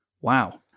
wow